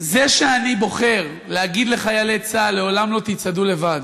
זה שאני בוחר להגיד לחיילי צה"ל: לעולם לא תצעדו לבד,